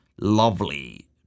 lovely